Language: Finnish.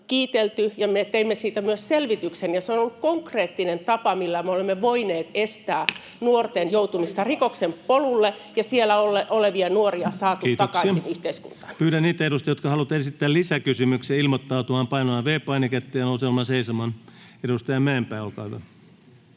kiitelty, ja me teimme siitä myös selvityksen, ja se on ollut konkreettinen tapa, millä me olemme voineet estää nuorten joutumista rikoksen polulle ja siellä olevia nuoria on saatu takaisin yhteiskuntaan. Kiitoksia. — Pyydän niitä edustajia, jotka haluavat esittää lisäkysymyksiä, ilmoittautumaan painamalla V-painiketta ja nousemalla seisomaan. — Edustaja Mäenpää, olkaa hyvä